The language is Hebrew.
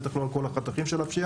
בטח לא על כל החתכים של הפשיעה,